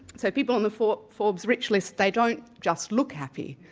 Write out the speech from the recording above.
so people on the forbes forbes rich list, they don't just look happy,